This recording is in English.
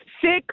Six